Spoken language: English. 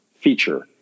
feature